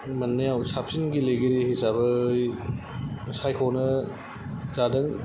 मोननायाव साबसिन गेलेगिरि हिसाबै सायख'नाय जादों